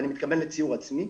ואני מתכוון לציור עצמי,